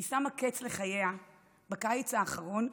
היא שמה קץ לחייה בקיץ האחרון,